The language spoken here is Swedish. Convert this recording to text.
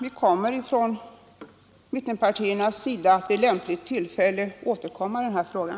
Vi kommer från mittenpartierna att vid lämpligt tillfälle på nytt ta upp den här frågan.